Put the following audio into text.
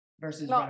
versus